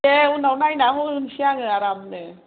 दे उनाव नायनानै होनोसै आङो आरामनो